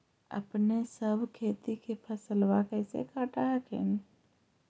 अपने सब खेती के फसलबा कैसे काट हखिन?